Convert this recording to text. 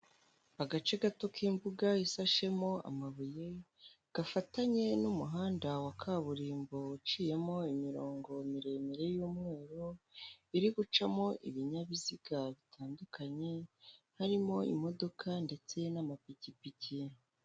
Agace gato k'imbuga isashemo amabuye gafatanye n'umuhanda wa kaburimbo uciyemo imirongo miremire y'umweru iri gucamo ibinyabiziga bitandukanye harimo imodoka ndetse n'amapikipiki.